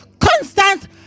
constant